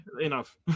enough